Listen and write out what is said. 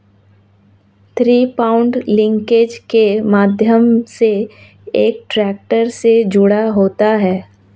three point linkage के माध्यम से एक ट्रैक्टर से जुड़ा होता है